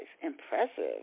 Impressive